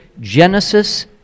Genesis